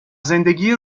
زندگی